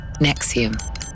Nexium